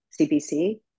cbc